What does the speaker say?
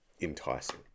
enticing